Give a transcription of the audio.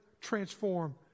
transform